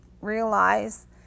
realize